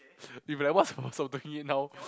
you'll be like what's talking it now